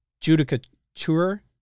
judicature